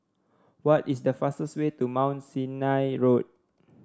what is the fastest way to Mount Sinai Road